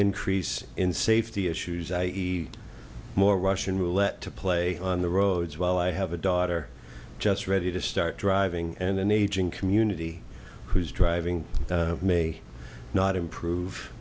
increase in safety issues i e more russian roulette to play on the roads while i have a daughter just ready to start driving and an aging community whose driving may not improve